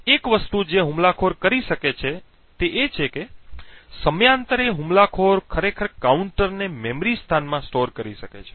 એક વસ્તુ જે હુમલાખોર કરી શકે તે એ છે કે સમયાંતરે હુમલાખોર ખરેખર કાઉન્ટરને મેમરી સ્થાનમાં સ્ટોર કરી શકે છે